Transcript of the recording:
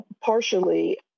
partially